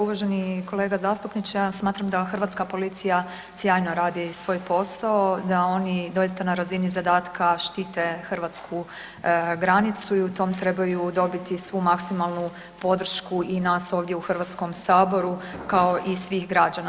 Uvaženi kolega zastupniče ja vam smatram da hrvatska policija sjajno radi svoj posao, da oni doista na razini zadatka štite hrvatsku granicu i u tom trebaju dobiti svu maksimalnu podršku i nas ovdje u Hrvatskom saboru kao i svih građana.